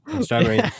Strawberry